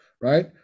right